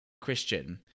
Christian